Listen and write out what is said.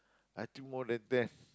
I think more than death